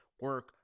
Work